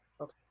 Okay